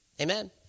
Amen